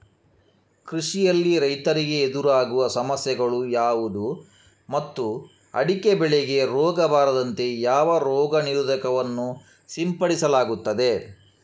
ಕೃಷಿಯಲ್ಲಿ ರೈತರಿಗೆ ಎದುರಾಗುವ ಸಮಸ್ಯೆಗಳು ಯಾವುದು ಮತ್ತು ಅಡಿಕೆ ಬೆಳೆಗೆ ರೋಗ ಬಾರದಂತೆ ಯಾವ ರೋಗ ನಿರೋಧಕ ವನ್ನು ಸಿಂಪಡಿಸಲಾಗುತ್ತದೆ?